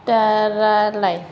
दा रायज्लाय